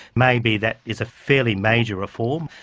maybe that is a fairly major reform,